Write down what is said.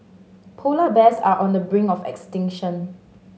polar bears are on the brink of extinction